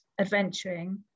adventuring